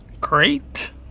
Great